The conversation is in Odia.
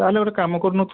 ତାହେଲେ ଗୋଟେ କାମ କରୁନୁ ତୁ